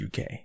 UK